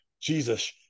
jesus